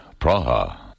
Praha